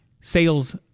Sales